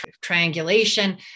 triangulation